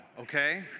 okay